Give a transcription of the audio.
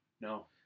No